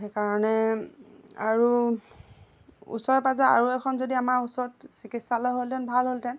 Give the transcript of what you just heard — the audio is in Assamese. সেইকাৰণে আৰু ওচৰে পাজৰে আৰু এখন যদি আমাৰ ওচৰত চিকিৎসালয় হ'ল হেঁতেন ভাল হ'লহেঁতেন